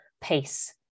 PACE